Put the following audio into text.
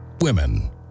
women